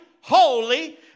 holy